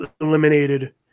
eliminated